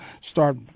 start